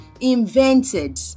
invented